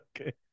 Okay